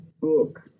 book